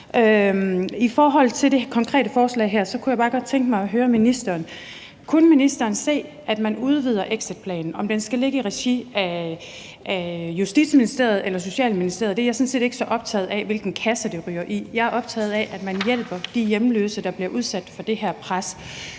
I forhold til det konkrete forslag her kunne jeg bare godt tænke mig høre ministeren: Kunne ministeren se, at man udvider exitplanen? Om den skal ligge i regi af Justitsministeriet eller Socialministeriet, er jeg sådan set ikke så optaget af, altså hvilken kasse det ryger i. Jeg er optaget af, at man hjælper de hjemløse, der bliver udsat for det her pres.